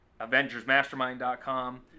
Avengersmastermind.com